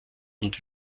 und